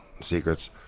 secrets